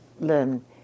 learn